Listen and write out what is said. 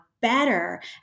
better